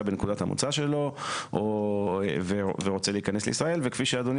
בנקודת המוצא שלו ורוצה להיכנס לישראל וכפי שאדוני